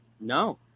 No